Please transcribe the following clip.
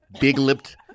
big-lipped